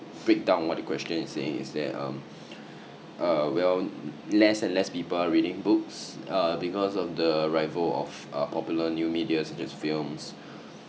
breakdown what the question is saying is that um err well less and less people are reading books uh because of the arrival of uh popular new media such as films